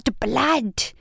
blood